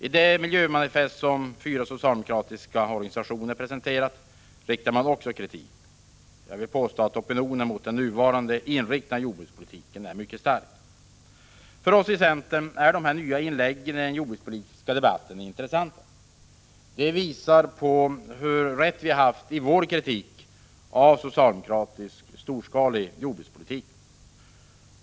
I det miljömanifest som fyra socialdemokratiska organisationer presenterat framförs också kritik. Jag vill påstå att opinionen mot den nuvarande inriktningen av jordbrukspolitiken är mycket stark. För oss i centern är de här nya inläggen i den jordbrukspolitiska debatten intressanta. Det visar på hur rätt vi haft i vår kritik av socialdemokratisk storskalig jordbrukspolitik.